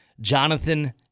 Jonathan